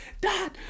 Dad